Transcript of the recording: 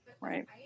right